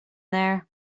there